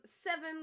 seven